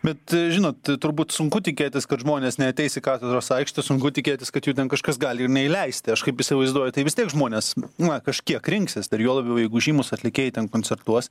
bet žinot turbūt sunku tikėtis kad žmonės neateis į katedros aikštę sunku tikėtis kad jų ten kažkas gali ir neįleisti aš kaip įsivaizduoju tai vis tiek žmonės na kažkiek rinksis ir juo labiau jeigu žymūs atlikėjai ten koncertuos